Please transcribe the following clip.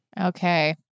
Okay